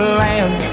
land